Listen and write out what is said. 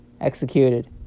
Executed